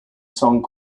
song